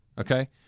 okay